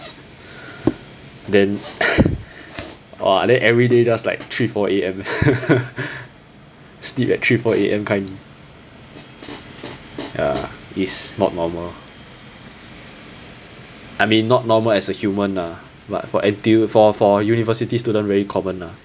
then !wah! then everyday just like three four A_M sleep at three four A_M kind ya it's not normal I mean not normal as a human ah but for N_T_U for for university student very common lah